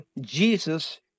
Jesus